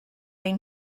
ein